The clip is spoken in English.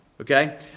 Okay